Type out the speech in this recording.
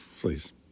please